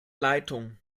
leitung